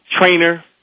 trainer